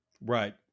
Right